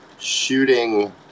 shooting